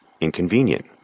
inconvenient